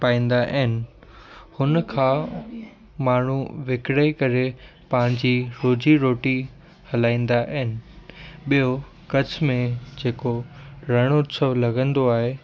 पाईंदा आहिनि हुनखां माण्हूं विकिणे करे पंहिंजी रोजी रोटी हलाईंदा आहिनि ॿियो कच्छ में जेको रणु उत्सव लॻंदो आहे